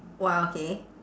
!wah! okay